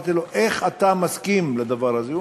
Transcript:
אמרתי לו: איך אתה מסכים לדבר הזה?